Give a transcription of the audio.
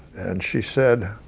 and she said